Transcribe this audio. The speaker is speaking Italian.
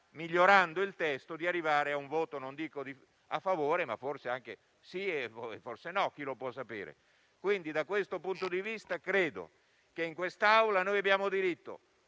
migliorando il testo, di arrivare a un voto non dico a favore, ma forse sì (o forse no, chi può saperlo). Da questo punto di vista, credo che in quest'Aula abbiamo diritto